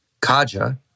Kaja